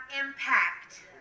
impact